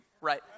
right